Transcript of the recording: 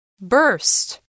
Burst